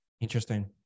Interesting